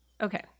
Okay